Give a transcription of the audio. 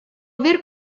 aver